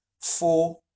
Four